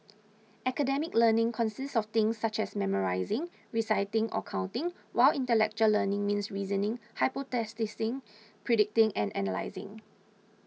academic learning consists of things such as memorising reciting or counting while intellectual learning means reasoning hypothesising predicting and analysing